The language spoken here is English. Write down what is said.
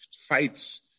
fights